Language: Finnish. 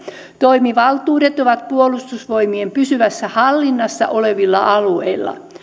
toimivaltuudet ovat puolustusvoimien pysyvässä hallinnassa olevilla alueilla